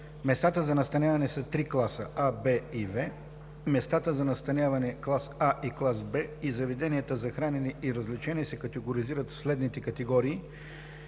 Местата за настаняване са три класа – „А“, „Б“ и „В“. Местата за настаняване клас „А“ и клас „Б“ и заведенията за хранене и развлечения се категоризират в следните категории: